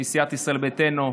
מסיעת ישראל ביתנו,